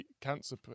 cancer